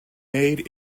made